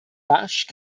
bush